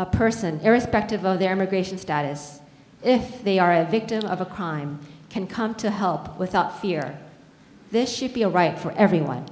a person irrespective of their immigration status if they are a victim of a crime can come to help without fear this should be a right for everyone